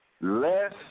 less